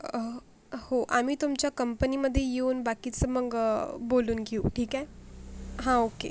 हा हो आम्ही तुमच्या कंपनीमध्ये येऊन बाकीचं मग बोलून घेऊ ठीक आहे हा ओके